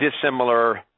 dissimilar